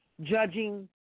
judging